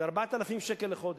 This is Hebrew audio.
זה 4,000 שקל לחודש.